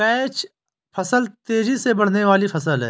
catch फसल तेजी से बढ़ने वाली फसल है